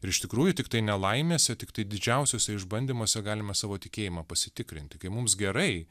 ir iš tikrųjų tiktai nelaimėse tiktai didžiausiuose išbandymuose galime savo tikėjimą pasitikrinti kai mums gerai